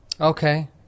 Okay